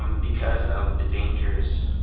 um because of the dangers.